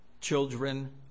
children